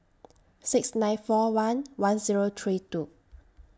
six nine four one one Zero three two